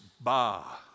bah